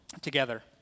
together